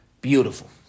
Beautiful